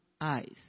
eyes